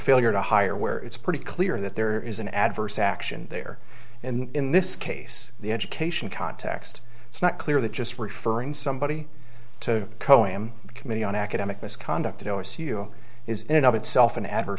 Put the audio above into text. failure to hire where it's pretty clear that there is an adverse action there and in this case the education context it's not clear that just referring somebody to cohen committee on academic misconduct at o s u is in and of itself an adverse